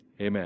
Amen